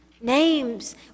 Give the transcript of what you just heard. names